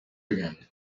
again